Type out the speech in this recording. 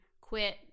quit